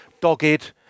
Dogged